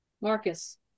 Marcus